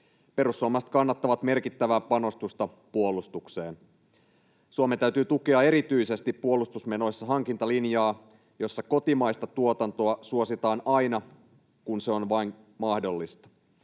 Perussuomalaiset kannattavat merkittävää panostusta puolustukseen. Suomen täytyy tukea erityisesti puolustusmenoissa hankintalinjaa, jossa kotimaista tuotantoa suositaan aina, kun se on vain mahdollista.